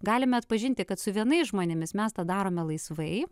galime atpažinti kad su vienais žmonėmis mes tą darome laisvai